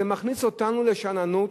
זה מכניס אותנו לשאננות,